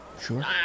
Sure